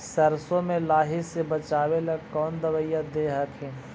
सरसोबा मे लाहि से बाचबे ले कौन दबइया दे हखिन?